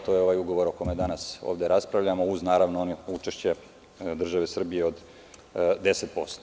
To je ovaj ugovor o kome danas ovde raspravljamo, uz naravno ono učešće države Srbije od 10%